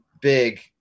big